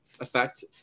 effect